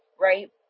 right